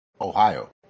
Ohio